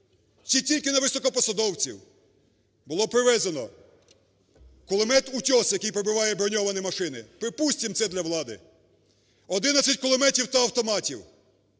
чи тільки на високопосадовців. Було привезено кулемет "Утес", який пробиває броньовані машини. Припустимо, це для влади. 11 кулеметів та автоматів,